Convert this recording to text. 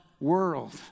world